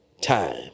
time